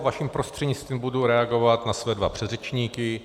Vaším prostřednictvím budu reagovat na své dva předřečníky.